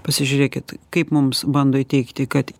pasižiūrėkit kaip mums bando įteigti kad